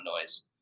noise